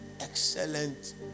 Excellent